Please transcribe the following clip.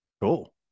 cool